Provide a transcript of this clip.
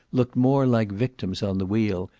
looked more like victims on the wheel,